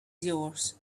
yours